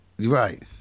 right